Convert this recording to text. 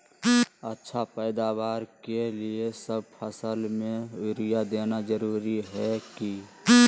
अच्छा पैदावार के लिए सब फसल में यूरिया देना जरुरी है की?